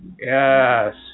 Yes